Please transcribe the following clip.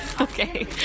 okay